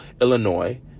Illinois